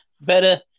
Better